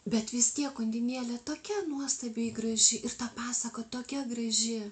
bet vis tiek undinėlė tokia nuostabiai graži ir ta pasaka tokia graži